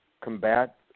combat